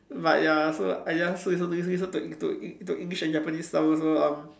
but ya so I just listen listen listen to to Eng~ to English and Japanese songs so um